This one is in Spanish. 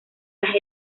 las